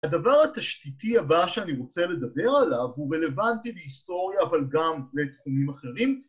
הדבר התשתיתי הבא שאני רוצה לדבר עליו הוא רלוונטי להיסטוריה אבל גם לתחומים אחרים